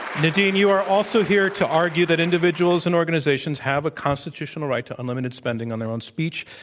nadine, you are also here to argue that individuals and organizations have a constitutional right to unlimited spending on their own speech.